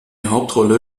hauptrolle